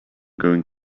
going